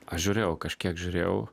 aš žiūrėjau kažkiek žiūrėjau